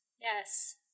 Yes